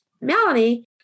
Melanie